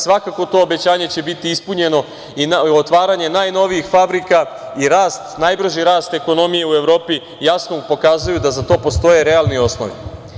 Svakako to obećanje će biti ispunjeno i otvaranje najnovijih fabrika i najbrži rast ekonomije u Evropi jasno pokazuje da za to postoje realni osnovi.